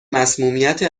مصمومیت